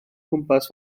gwmpas